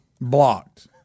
blocked